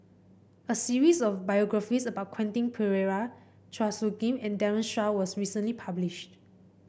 a series of biographies about Quentin Pereira Chua Soo Khim and Daren Shiau was recently published